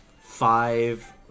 five